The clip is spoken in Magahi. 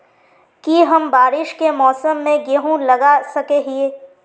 की हम बारिश के मौसम में गेंहू लगा सके हिए?